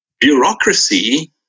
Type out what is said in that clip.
bureaucracy